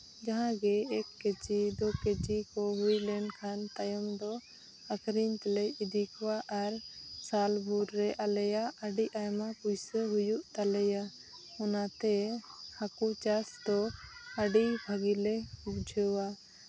ᱡᱟᱦᱟᱸ ᱜᱮ ᱮᱹᱠ ᱠᱮᱡᱤ ᱫᱩ ᱠᱮᱡᱤ ᱠᱚ ᱦᱩᱭ ᱞᱮᱱᱠᱷᱟᱱ ᱛᱟᱭᱚᱢ ᱫᱚ ᱟᱹᱠᱷᱨᱤᱧ ᱠᱚᱞᱮ ᱤᱫᱤ ᱠᱚᱣᱟ ᱟᱨ ᱥᱟᱞ ᱵᱷᱳᱨ ᱨᱮ ᱟᱞᱮᱭᱟᱜ ᱟᱹᱰᱤ ᱟᱭᱢᱟ ᱯᱩᱭᱥᱟᱹ ᱦᱩᱭᱩᱜ ᱛᱟᱞᱮᱭᱟ ᱚᱱᱟᱛᱮ ᱦᱟᱹᱠᱩ ᱪᱟᱥ ᱫᱚ ᱟᱹᱰᱤ ᱵᱷᱟᱹᱜᱤ ᱞᱮ ᱵᱩᱡᱷᱟᱹᱣᱟ